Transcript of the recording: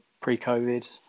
pre-COVID